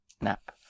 nap